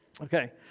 Okay